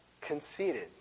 conceited